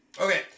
Okay